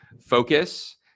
Focus